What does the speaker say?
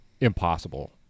impossible